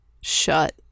shut